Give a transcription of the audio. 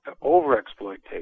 over-exploitation